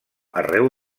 arreu